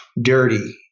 dirty